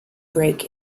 break